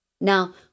Now